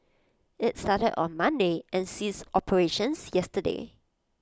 IT started on Monday and ceased operations yesterday